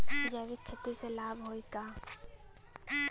जैविक खेती से लाभ होई का?